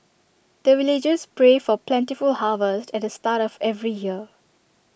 the villagers pray for plentiful harvest at the start of every year